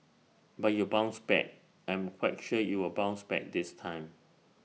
but you bounced back I'm quite sure you will bounce back this time